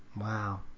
Wow